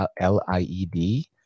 l-i-e-d